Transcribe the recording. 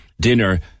dinner